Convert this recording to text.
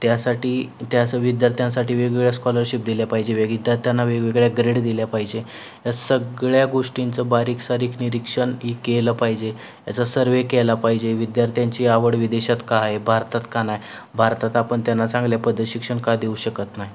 त्यासाठी त्याचं विद्यार्थ्यांसाठी वेगवेगळ्या स्कॉलरशिप दिल्या पाहिजे वेग विद्यार्थ्यांना वेगवेगळ्या ग्रेड दिल्या पाहिजे या सगळ्या गोष्टींचं बारीकसारीक निरीक्षण ही केलं पाहिजे याचा सर्वे केला पाहिजे विद्यार्थ्यांची आवड विदेशात का आहे भारतात का नाही भारतात आपण त्यांना चांगल्या पद शिक्षण का देऊ शकत नाही